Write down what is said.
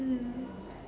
mm